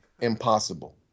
Impossible